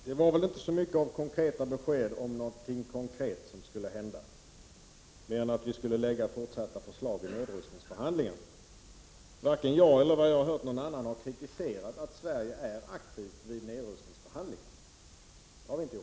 Fru talman! Vi fick inte så mycket av besked om något konkret som skulle hända mer än att Sverige skulle lägga fram fortsatta förslag i nedrustningsförhandlingarna. Varken jag eller någon annan har kritiserat att Sverige är aktivt i nedrustningsförhandlingarna.